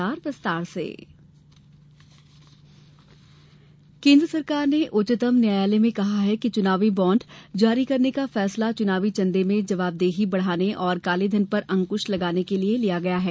चुनावी बॉण्ड केन्द्र सरकार ने उच्चतम न्यायालय में कहा है कि चुनावी बॉण्ड जारी करने का फैसला चुनावी चंदे में जबावदेही बढ़ाने और काले धन पर अंक्श लगाने के लिये लिया गया है